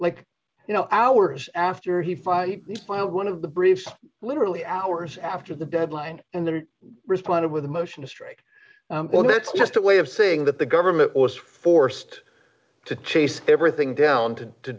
like you know hours after he filed he filed one of the briefs literally hours after the deadline and then responded with a motion to strike one that's just a way of saying that the government was forced to chase everything down to to